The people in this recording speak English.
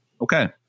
Okay